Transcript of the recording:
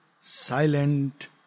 silent